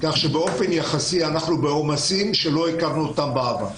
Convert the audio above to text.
כך שבאופן יחסי אנחנו עם עומסים שלא הכרנו בעבר.